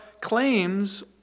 claims